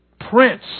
prince